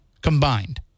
combined